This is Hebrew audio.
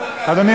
אדוני,